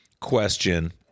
question